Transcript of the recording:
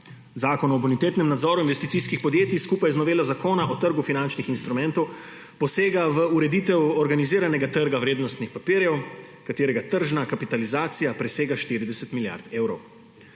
Zakon o bonitetnem nadzoru investicijskih podjetij skupaj z novelo Zakona o trgu finančnih instrumentov posega v ureditev organiziranega trga vrednostnih papirjev, katerega tržna kapitalizacija presega 40 milijard evrov.